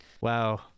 Wow